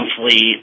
monthly